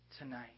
tonight